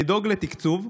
לדאוג לתקצוב,